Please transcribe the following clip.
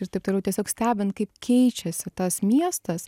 ir taip toliau tiesiog stebint kaip keičiasi tas miestas